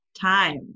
time